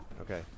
okay